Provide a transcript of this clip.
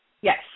Yes